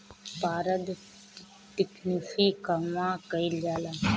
पारद टिक्णी कहवा कयील जाला?